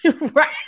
right